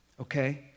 Okay